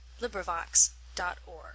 LibriVox.org